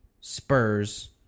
Spurs